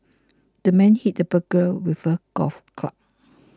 the man hit the burglar with a golf club